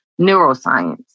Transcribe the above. neuroscience